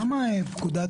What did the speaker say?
למה פקודת